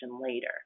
later